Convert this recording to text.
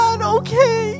Okay